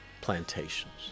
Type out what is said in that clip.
plantations